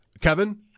Kevin